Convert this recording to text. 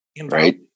right